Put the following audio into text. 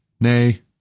nay